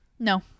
No